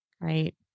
right